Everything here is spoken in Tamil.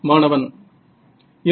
மாணவன் இல்லை